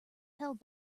held